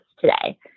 today